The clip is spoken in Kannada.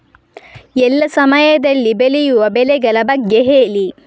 ಎಲ್ಲಾ ಸಮಯದಲ್ಲಿ ಬೆಳೆಯುವ ಬೆಳೆಗಳ ಬಗ್ಗೆ ಹೇಳಿ